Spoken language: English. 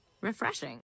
Refreshing